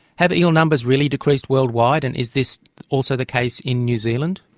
have eel numbers really decreased worldwide and is this also the case in new zealand?